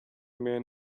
men